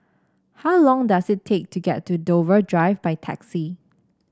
how long does it take to get to Dover Drive by taxi